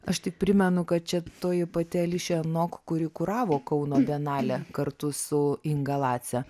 aš tik primenu kad čia toji pati ališija nok kuri kuravo kauno bienalę kartu su inga lace